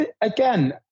Again